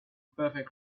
perfect